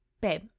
babe